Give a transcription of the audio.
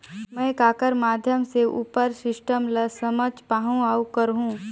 हम ककर माध्यम से उपर सिस्टम ला समझ पाहुं और करहूं?